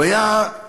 הוא היה פוליטיקאי,